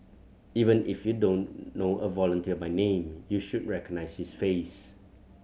even if you don't know a volunteer by name you should recognise his face